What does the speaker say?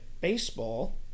baseball